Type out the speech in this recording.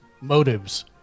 motives